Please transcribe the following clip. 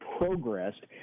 progressed